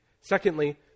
Secondly